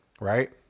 right